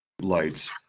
lights